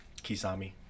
Kisami